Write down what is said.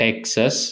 Texas